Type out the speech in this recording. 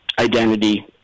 identity